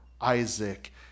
Isaac